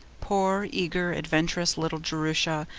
poor, eager, adventurous little jerusha,